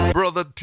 brother